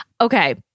Okay